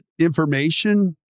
information